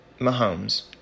Mahomes